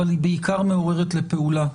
אבל היא בעיקר מעוררת לפעולה.